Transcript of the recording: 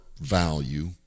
value